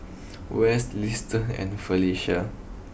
Wes Liston and Felicia